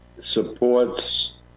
supports